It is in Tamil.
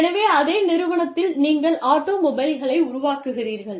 எனவே அதே நிறுவனத்தில் நீங்கள் ஆட்டோமொபைல்களை உருவாக்குகிறீர்கள்